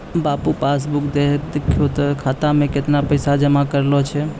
बाबू passbook देखहो तें खाता मे कैतना पैसा जमा करलो छै